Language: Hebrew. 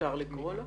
לקרוא לו.